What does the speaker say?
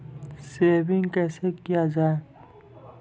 Saving कैसै किया जाय?